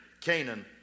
Canaan